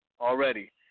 Already